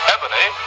Ebony